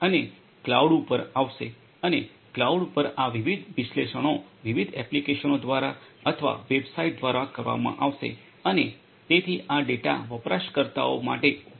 અને કલાઉડ પર આવશે અને કલાઉડ પર આ વિવિધ વિશ્લેષણો વિવિધ એપ્લિકેશનો દ્વારા અથવા વેબસાઇટ્સ દ્વારા કરવામાં આવશે અને તેથી આ ડેટા વપરાશકર્તાઓ માટે ઉપલબ્ધ કરવામાં આવશે